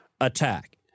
attack